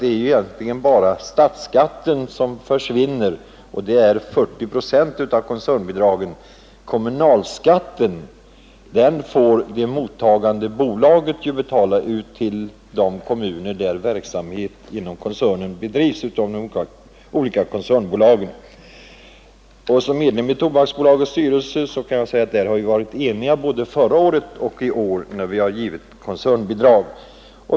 Det är ju egentligen bara statsskatten som försvinner, och den utgör 40 procent av koncernbidraget. Kommunalskatten får det mottagande bolaget betala till de kommuner där verksamheten inom koncernen bedrivs av de olika koncernbolagen. Som medlem i Tobaksbolagets styrelse kan jag säga att vi där har varit eniga både förra året och i år när vi har givit koncernbidrag.